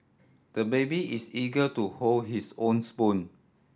the baby is eager to hold his own spoon